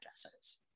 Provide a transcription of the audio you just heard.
addresses